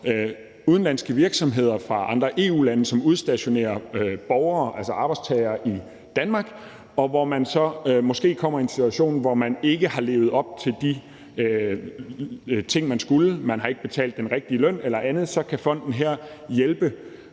udenlandske virksomheder fra andre EU-lande, som udstationerer borgere, altså arbejdstagerne, i Danmark. Der kommer man så måske i en situation, hvor man ikke har levet op til de ting, man skulle, f.eks ikke har betalt den rigtige løn eller andet. Så kan fonden her hjælpe